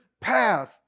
path